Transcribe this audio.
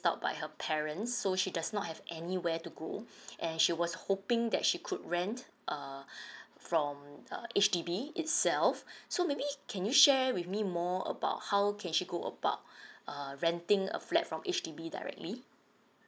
out by her parents so she does not have anywhere to go and she was hoping that she could rent uh from err H_D_B itself so maybe can you share with me more about how can she go about uh renting a flat from H_D_B directly